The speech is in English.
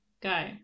go